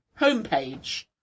homepage